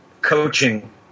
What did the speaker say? coaching